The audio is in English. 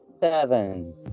seven